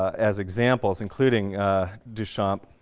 as examples, including duchamp,